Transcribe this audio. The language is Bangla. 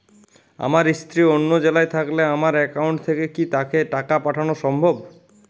আমার স্ত্রী অন্য জেলায় থাকলে আমার অ্যাকাউন্ট থেকে কি তাকে টাকা পাঠানো সম্ভব?